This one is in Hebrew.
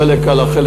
חלק על החלק